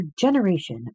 generation